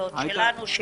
ההחלטות שלנו.